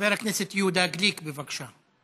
חבר הכנסת יהודה גליק, בבקשה.